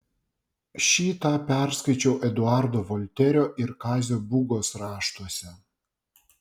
šį tą perskaičiau eduardo volterio ir kazio būgos raštuose